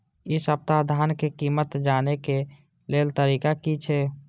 इ सप्ताह धान के कीमत जाने के लेल तरीका की छे?